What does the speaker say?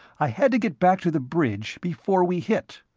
i had to get back to the bridge before we hit.